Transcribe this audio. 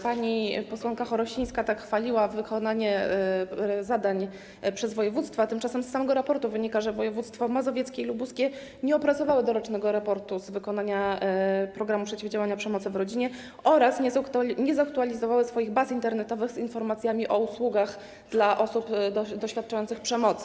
Pani posłanka Chorosińska tak chwaliła wykonanie zadań przez województwa, tymczasem z samego raportu wynika, że województwo mazowieckie i województwo lubuskie nie opracowały dorocznego raportu z wykonania programu przeciwdziałania przemocy w rodzinie oraz nie zaktualizowały swoich baz internetowych z informacjami o usługach dla osób doświadczających przemocy.